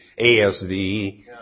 ASV